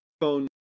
phone